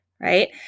right